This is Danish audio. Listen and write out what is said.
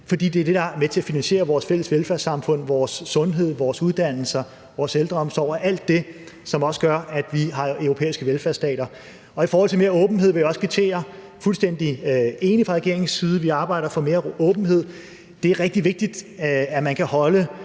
det er det, der er med til at finansiere vores fælles velfærdssamfund, vores sundhed, vores uddannelser, vores ældreomsorg og alt det, som også gør, at vi har europæiske velfærdsstater. I forhold til mere åbenhed vil jeg også kvittere og sige, at vi er fuldstændig enige fra regeringens side. Vi arbejder for mere åbenhed. Det er rigtig vigtigt, at man kan holde